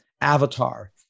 avatar